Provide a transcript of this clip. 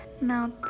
Now